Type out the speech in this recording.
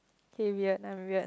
k weird I'm weird